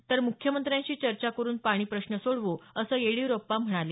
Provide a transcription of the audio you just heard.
तर मुख्यमंत्र्याशी चर्चा करुन पाणी प्रश्न सोडवू असं येडियुरप्पा म्हणाले